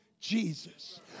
Jesus